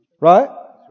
right